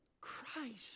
Christ